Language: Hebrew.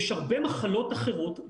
יש הרבה מחלות אחרות,